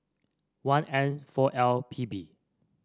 one N four L P B